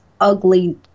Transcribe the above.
ugly